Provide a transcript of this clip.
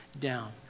down